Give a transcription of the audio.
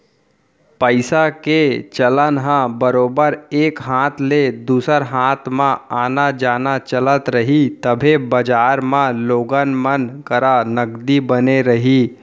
पइसा के चलन ह बरोबर एक हाथ ले दूसर हाथ म आना जाना चलत रही तभे बजार म लोगन मन करा नगदी बने रही